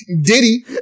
Diddy